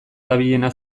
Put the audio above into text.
dabilena